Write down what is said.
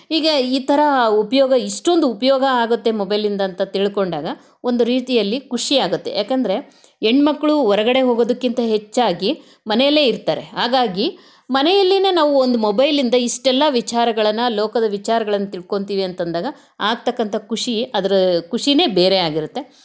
ಹೀಗೆ ಈ ಥರ ಉಪಯೋಗ ಇಷ್ಟೊಂದು ಉಪಯೋಗ ಆಗುತ್ತೆ ಮೊಬೈಲಿಂದ ಅಂತ ತಿಳ್ಕೊಂಡಾಗ ಒಂದು ರೀತಿಯಲ್ಲಿ ಖುಷಿಯಾಗುತ್ತೆ ಯಾಕಂದರೆ ಹೆಣ್ಮಕ್ಕ್ಳು ಹೊರಗಡೆ ಹೋಗೋದಕ್ಕಿಂತ ಹೆಚ್ಚಾಗಿ ಮನೆಯಲ್ಲೇ ಇರ್ತಾರೆ ಹಾಗಾಗಿ ಮನೆಯಲ್ಲಿನೇ ನಾವು ಒಂದು ಮೊಬೈಲಿಂದ ಇಷ್ಟೆಲ್ಲ ವಿಚಾರಗಳನ್ನು ಲೋಕದ ವಿಚಾರಗಳನ್ನು ತಿಳ್ಕೊಂತೀವಿ ಅಂತಂದಾಗ ಆಗತಕ್ಕಂಥ ಖುಷಿ ಅದರ ಖುಷಿನೇ ಬೇರೆಯಾಗಿರುತ್ತೆ